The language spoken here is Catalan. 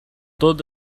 tot